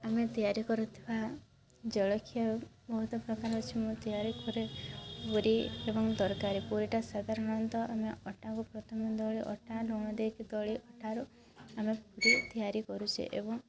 ଆମେ ତିଆରି କରୁଥିବା ଜଳଖିଆ ବୋହୁତ ପ୍ରକାର ଅଛି ମୁଁ ତିଆରି କରେ ପୁରି ଏବଂ ତରକାରୀ ପୁରିଟା ସାଧାରଣତଃ ଆମେ ଅଟାକୁ ପ୍ରଥମେ ଦଳି ଅଟା ଲୁଣ ଦେଇକି ଦଳେ ଅଟାରୁ ଆମେ ପୁରି ତିଆରି କରୁଛେ ଏବଂ